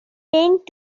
tend